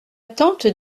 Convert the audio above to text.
tante